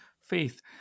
faith